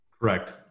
Correct